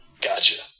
Gotcha